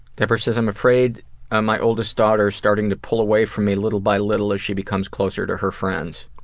debra says i'm afraid ah my oldest daughter is starting to pull away from me little by little as she becomes closer to her friends.